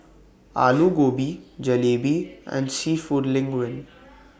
Alu Gobi Jalebi and Seafood Linguine